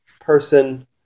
person